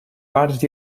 parts